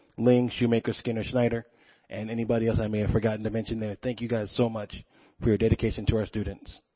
ling, shoemaker, skinner, schneider and anybody else i may have forgotten to mention there, thank you guys so much for your dedication to our students.